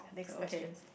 okay